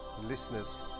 listeners